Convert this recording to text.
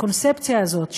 הקונספציה הזאת,